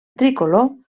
tricolor